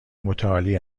متعالی